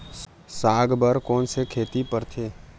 साग बर कोन से खेती परथे?